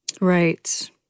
Right